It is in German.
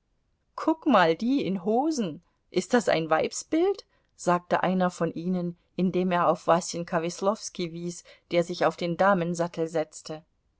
guck mal die in hosen ist das ein weibsbild sagte einer von ihnen indem er auf wasenka weslowski wies der sich auf den damensattel setzte